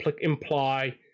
imply